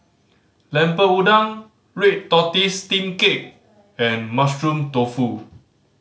Lemper Udang red tortoise steamed cake and Mushroom Tofu